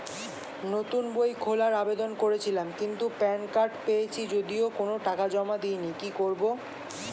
নতুন বই খোলার আবেদন করেছিলাম কিন্তু প্যান কার্ড পেয়েছি যদিও কোনো টাকা জমা দিইনি কি করব?